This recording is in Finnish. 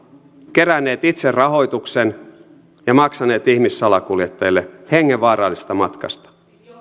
keränneet itse rahoituksen ja maksaneet ihmissalakuljettajille hengenvaarallisesta matkasta